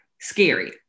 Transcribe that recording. Scary